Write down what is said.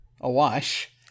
awash